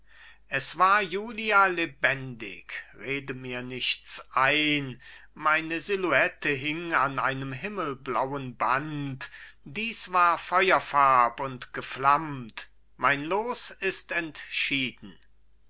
es war julia lebendig rede mir nichts ein meine silhouette hing an einem himmelblauen band dies war feuerfarb und geflammt mein los ist entschieden